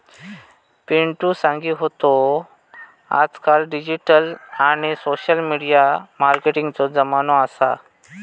पिंटु सांगी होतो आजकाल डिजिटल आणि सोशल मिडिया मार्केटिंगचो जमानो असा